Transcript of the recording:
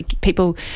people